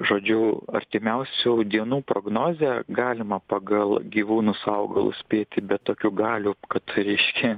žodžiu artimiausių dienų prognozę galima pagal gyvūnus augalus spėti bet tokių galių kad reiškia